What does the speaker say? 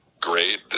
great